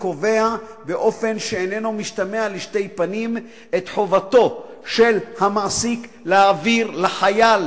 וקובע באופן שאיננו משתמע לשתי פנים את חובתו של המעסיק להעביר לחייל